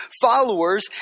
followers